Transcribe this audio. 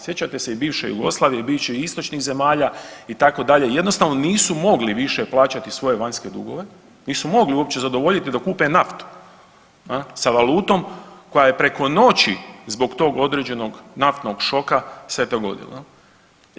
Sjećate se i bivše Jugoslavije i bivših istočnih zemalja itd. jednostavno nisu mogli više plaćati svoje vanjske dugove, nisu mogli uopće zadovoljiti da kupe naftu sa valutom koja je preko noći zbog tog određenog naftnog šoka se dogodilo jel.